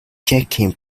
checking